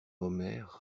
omer